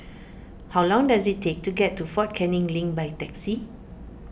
how long does it take to get to fort Canning Link by taxi